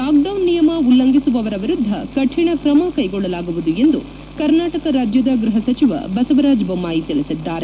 lockdown ನಿಯಮ ಉಲ್ಲಂಘಿಸುವವರ ವಿರುದ್ದ ಕಠಿಣ ಕ್ರಮ ಕ್ಕೆಗೊಳ್ಲಲಾಗುವುದು ಎಂದು ಕರ್ನಾಟಕ ರಾಜ್ಯದ ಗೃಹ ಸಚಿವ ಬಸವರಾಜ ಬೊಮ್ನಾಯಿ ತಿಳಿಸಿದ್ದಾರೆ